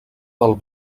del